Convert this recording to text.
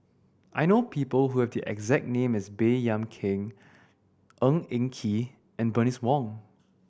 I know people who have the exact name as Baey Yam Keng Ng Eng Kee and Bernice Wong